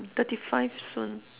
thirty five soon